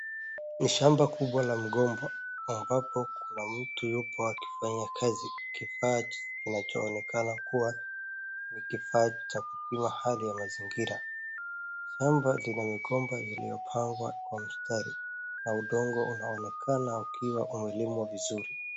Ni shamba kubwa la mgomba, ambapo kuna mtu akifanya kazi kifaa kinachoonekana kuwa ni kifaa cha kupima hadhi ya mazingira. Shamba lina migomba iliyopangwa kwa mistari, na udongo unaonekana ukiwa umelimwa vizuri.